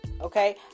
okay